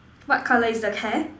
what colour is the hair